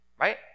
Right